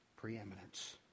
preeminence